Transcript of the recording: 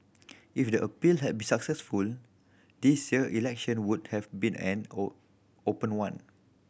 if the appeal had been successful this year election would have been an open one